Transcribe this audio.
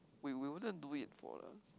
we we wouldn't do it for the